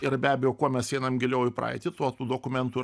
ir be abejo kuo mes einam giliau į praeitį tuo tų dokumentų